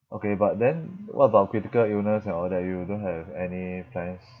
okay but then what about critical illness and all that you don't have any plans